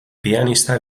pianista